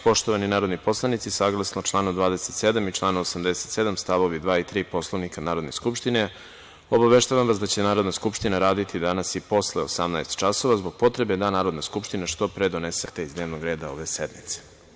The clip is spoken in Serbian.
Poštovani narodni poslanici, saglasno članu 27. i članu 87. stavovi 2. i 3. Poslovnika Narodne skupštine, obaveštavam vas da će Narodna skupština raditi danas posle 18 časova, zbog potrebe da Narodna skupština što pre donose akta iz dnevnog reda ove sednice.